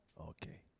okay